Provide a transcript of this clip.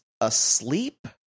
asleep